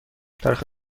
تاریخ